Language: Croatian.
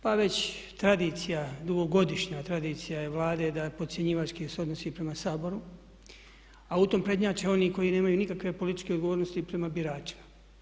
Pa već tradicija, dugogodišnja tradicija je Vlade da podcjenjivački se odnosi prema Saboru, a u tom prednjače oni koji nemaju nikakve političke odgovornosti prema biračima.